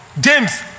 James